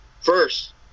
First